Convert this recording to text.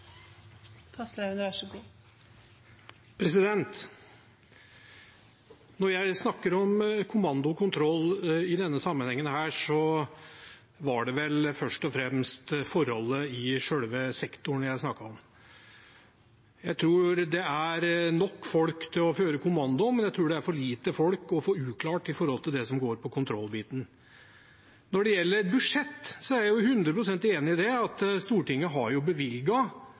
Fasteraune har hatt ordet to ganger tidligere og får ordet til en kort merknad, begrenset til 1 minutt. Når jeg snakker om kommando og kontroll i denne sammenhengen, er det vel først og fremst forhold i selve sektoren jeg snakker om. Jeg tror det er nok folk til å føre kommando, men det er for lite folk og for uklart når det gjelder det som går på kontrollbiten. Når det gjelder budsjett, er jeg 100 pst. enig i at Stortinget har